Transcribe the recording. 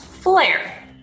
Flare